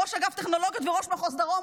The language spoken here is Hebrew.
את ראש אגף טכנולוגיות וראש מחוז דרום.